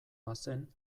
bazen